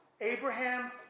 Abraham